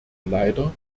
leider